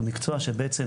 זה מקצוע שבעצם,